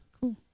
cool